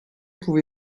pouvez